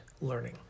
learning